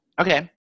Okay